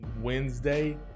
wednesday